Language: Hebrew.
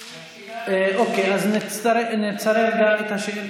אז נצרף גם את השאילתה.